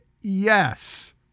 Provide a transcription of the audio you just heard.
yes